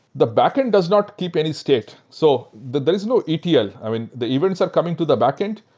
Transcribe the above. the backend does not keep any state. so but there's no etl. i mean, the events are coming to the backend.